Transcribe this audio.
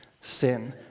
sin